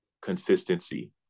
consistency